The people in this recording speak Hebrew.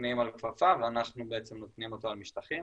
שמטמיעים על כפפה ואנחנו מטמיעים אותו על משטחים.